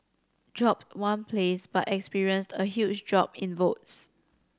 dropped one place but experienced a huge drop in votes